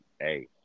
hey